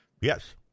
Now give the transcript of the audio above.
Yes